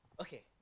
okay